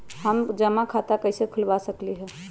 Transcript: हम जमा खाता कइसे खुलवा सकली ह?